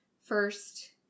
first